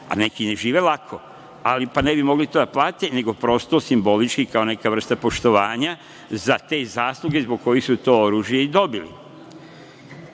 a neki ne žive lako pa ne bi mogli to da plate, nego prosto simbolički kao neka vrsta poštovanja za te zasluge zbog kojih su to oružje i dobili. Da